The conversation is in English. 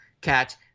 catch